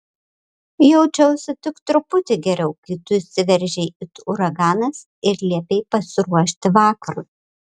jaučiausi tik truputį geriau kai tu įsiveržei it uraganas ir liepei pasiruošti vakarui